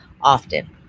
Often